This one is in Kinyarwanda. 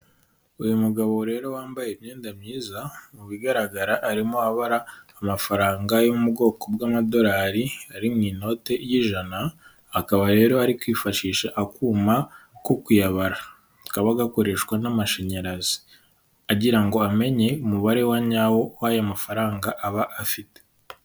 Uyu mugabo rero wambaye imyenda myiza, mu bigaragara arimo abara amafaranga yo mu bwoko bw'amadorari, ari mu inote y'ijana, akaba rero ari kwifashisha akuma ko kuyabara, kaba gakoreshwa n'amashanyarazi. Agira ngo amenye umubare wa nyawo w'aya mafaranga aba afite.